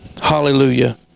Hallelujah